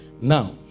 now